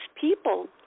people